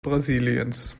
brasiliens